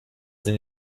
sind